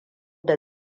da